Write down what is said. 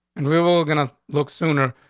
and we were gonna look sooner,